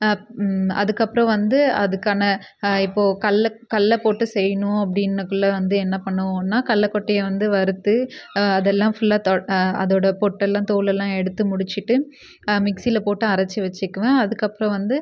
அதுக்கப்புறம் வந்து அதுக்கான இப்போது கல்லை கல்லை போட்டு செய்யணும் அப்படின்னக்குள்ள வந்து என்ன பண்ணுவோம்னா கல்லக்கொட்டையை வந்து வறுத்து அதெல்லாம் ஃபுல்லாக அதோட பொட்டெல்லாம் தோலெல்லாம் எடுத்து முடிச்சுட்டு மிக்ஸியில் போட்டு அரைச்சி வச்சுக்குவேன் அதுக்கப்புறம் வந்து